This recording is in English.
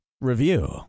Review